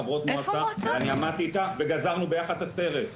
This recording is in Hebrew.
חברות מועצה ואני עמדתי איתה וגזרנו יחד את הסרט.